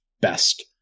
best